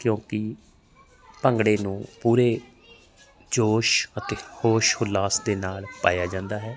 ਕਿਉਂਕਿ ਭੰਗੜੇ ਨੂੰ ਪੂਰੇ ਜੋਸ਼ ਅਤੇ ਹੋਸ਼ ਖੁਲਾਸ ਦੇ ਨਾਲ ਪਾਇਆ ਜਾਂਦਾ ਹੈ